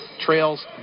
trails